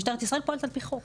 משטרת ישראל פועלת על פי חוק.